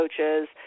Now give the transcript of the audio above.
coaches